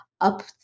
up